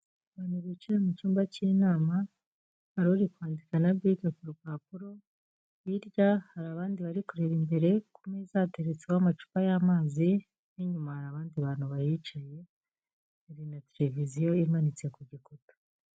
Abantu bica mu cyumba cy'inama, hari uri kwandika na bike ku rupapuro, hirya hari abandi bari kureba imbere, ku meza hateretseho amacupa y'amazi n'inyuma hari abandi bantu bahicaye, hari na televiziyo imanitse ku gikuta.